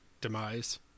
demise